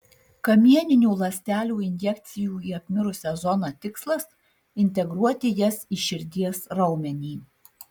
kamieninių ląstelių injekcijų į apmirusią zoną tikslas integruoti jas į širdies raumenį